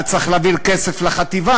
היה צריך להעביר כסף לחטיבה,